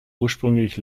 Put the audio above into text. ursprünglich